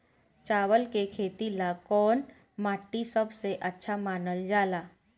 चावल के खेती ला कौन माटी सबसे अच्छा मानल जला?